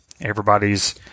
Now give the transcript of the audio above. everybody's